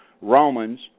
Romans